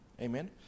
Amen